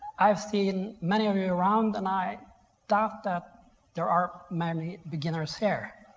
i've seen many of you around and i doubt that there are many beginners here.